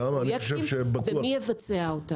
ומי יבצע אותם.